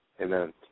Amen